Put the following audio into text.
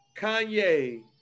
Kanye